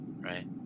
Right